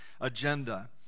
agenda